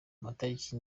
amatariki